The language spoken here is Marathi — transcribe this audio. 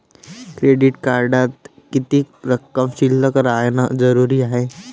क्रेडिट कार्डात किती रक्कम शिल्लक राहानं जरुरी हाय?